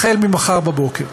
ממחר בבוקר.